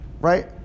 right